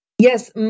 Yes